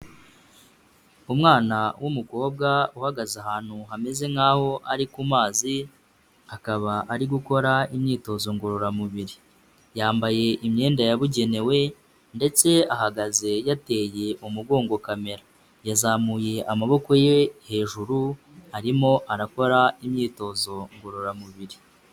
Umwana w'umukobwa uhagaze ahantu hameze nkaho ari ku mazi, akaba ari gukora imyitozo ngororamubiri, yambaye imyenda yabugenewe ndetse ahagaze yateye umugongo kamera, yazamuye amaboko ye hejuru, arimo arakora imyitozo ngororamubiri.